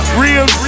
real